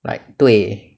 like 对